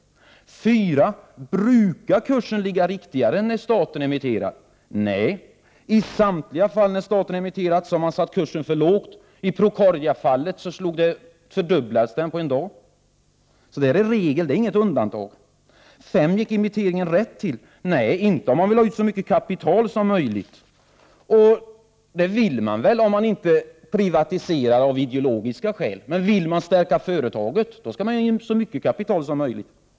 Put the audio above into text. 4. Brukar kursen ligga riktigare när staten emitterar? Nej, i samtliga fall när staten emitterat aktier har man satt kursen lågt. I Procordiafallet fördubblades värdet på en dag. Så det är en regel, inte något undantag. 5. Gick emitteringen rätt till? Nej, inte om man vill ha ut så mycket kapital som möjligt, och det vill man väl om man inte privatiserar av ideologiska skäl. Men vill man stärka företaget, skall man försöka få in så mycket kapital som möjligt.